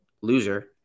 loser